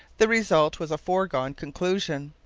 the result was a foregone conclusion.